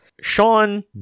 Sean